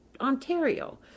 Ontario